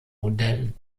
modellen